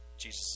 Jesus